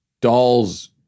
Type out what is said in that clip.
doll's